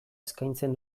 eskaintzen